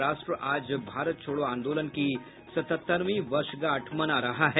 और राष्ट्र आज भारत छोड़ो आंदोलन की सतहत्तरवीं वर्षगांठ मना रहा है